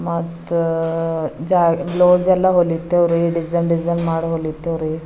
ಮತ್ತು ಜಾ ಬ್ಲೌಸ್ ಎಲ್ಲ ಹೊಲಿತೇವ್ರಿ ಡಿಸೈನ್ ಡಿಸೈನ್ ಮಾಡಿ ಹೊಲಿತೇವ್ರಿ